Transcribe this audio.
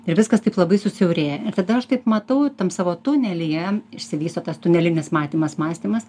ir viskas taip labai susiaurėja tada aš taip matau tam savo tunelyje išsivysto tas tunelinis matymas mąstymas